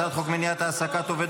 אני קובע כי הצעת חוק מניעת העסקת עובד